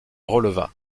releva